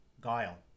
Guile